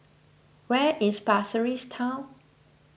where is Pasir Ris Town